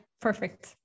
perfect